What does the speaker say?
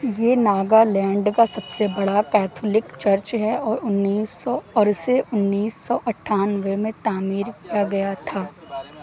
یہ ناگالینڈ کا سب سے بڑا کیتھولک چرچ ہے اور انیس سو اور اسے انیس سو اٹھانوے میں تعمیر کیا گیا تھا